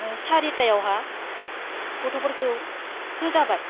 सारिथायावहा गथ'फोरखौ फोजाबाय